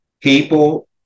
people